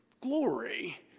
glory